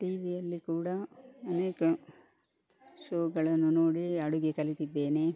ಟಿವಿಯಲ್ಲಿ ಕೂಡ ಅನೇಕ ಶೋಗಳನ್ನು ನೋಡಿ ಅಡುಗೆ ಕಲಿತಿದ್ದೇನೆ